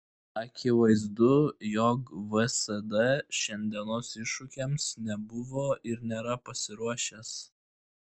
akivaizdu jog vsd šiandienos iššūkiams nebuvo ir nėra pasiruošęs